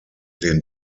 den